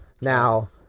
Now